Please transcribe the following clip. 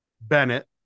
Bennett